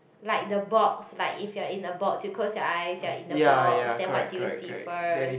like the box like if you are in a box you close your eyes you are in a box then what do you see first